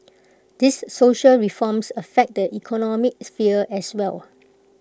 these social reforms affect the economic sphere as well